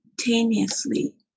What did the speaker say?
simultaneously